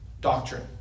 doctrine